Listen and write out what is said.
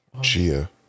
Gia